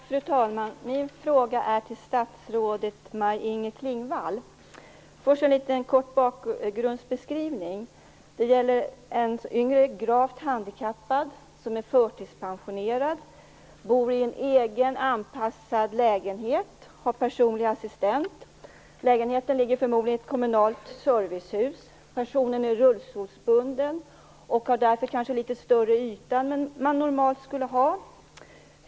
Fru talman! Jag har en fråga till statsrådet Maj Inger Klingvall. Först vill jag ge en kort bakgrundsbeskrivning. Det gäller en yngre, gravt handikappad person som är förtidspensionerad, bor i en egen anpassad lägenhet och har personlig assistent. Lägenheten ligger förmodligen i ett kommunalt servicehus. Personen är rullstolsbunden, och har därför kanske litet större yta än man normalt skulle ha.